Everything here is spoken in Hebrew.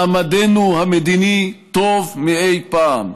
מעמדנו המדיני טוב מאי פעם.